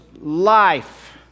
life